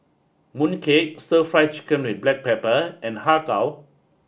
Mooncake Stir Fry Chicken With Black Pepper and Har Kow